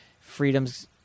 Freedom's